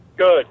Good